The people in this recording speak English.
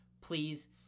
please